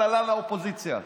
יושבת-ראש הקואליציה,